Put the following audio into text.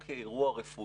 או כאירוע רפואי,